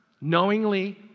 knowingly